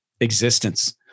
existence